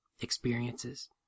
experiences